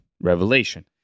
revelation